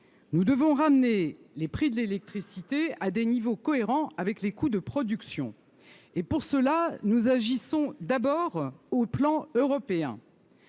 nous devons ramener les prix de l'électricité à des niveaux cohérent avec les coûts de production et pour cela, nous agissons d'abord au plan européen.